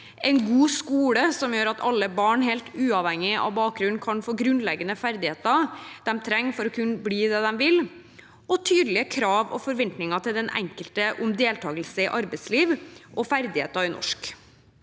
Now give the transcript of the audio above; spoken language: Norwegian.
en god skole som gjør at alle barn helt uavhengig av bakgrunn kan få grunnleggende ferdigheter de trenger for å kunne bli det de vil, og tydelige krav og forventninger til den enkelte om deltagelse i arbeidsliv og ferdigheter i norsk.